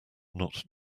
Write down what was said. not